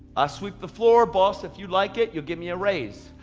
i sweep the floor, boss, if you like it you'll give me a raise.